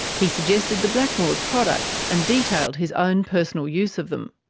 he suggested the blackmores products and detailed his own personal use of them.